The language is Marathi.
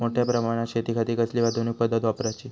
मोठ्या प्रमानात शेतिखाती कसली आधूनिक पद्धत वापराची?